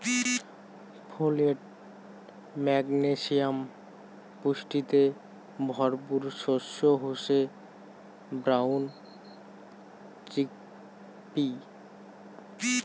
folate, magnesium পুষ্টিতে ভরপুর শস্য হসে ব্রাউন চিকপি